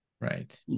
Right